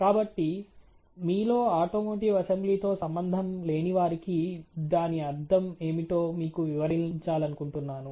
కాబట్టి మీలో automotive assembly తో సంబంధం లేనివారికి దాని అర్థం ఏమిటో మీకు వివరించాలనుకుంటున్నాను